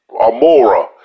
Amora